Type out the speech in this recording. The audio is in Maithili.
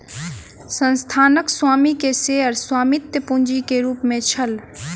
संस्थानक स्वामी के शेयर स्वामित्व पूंजी के रूप में छल